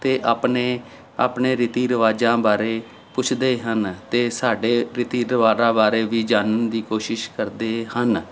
ਅਤੇ ਆਪਣੇ ਆਪਣੇ ਰੀਤੀ ਰਿਵਾਜ਼ਾਂ ਬਾਰੇ ਪੁੱਛਦੇ ਹਨ ਅਤੇ ਸਾਡੇ ਰੀਤੀ ਰਿਵਾਜ਼ਾਂ ਬਾਰੇ ਵੀ ਜਾਣਨ ਦੀ ਕੋਸ਼ਿਸ਼ ਕਰਦੇ ਹਨ